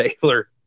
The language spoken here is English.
Taylor